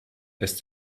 lässt